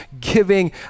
giving